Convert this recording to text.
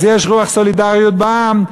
אז יש רוח סולידריות בעם,